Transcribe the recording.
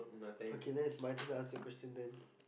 okay then it's my turn to ask the question then